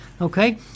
Okay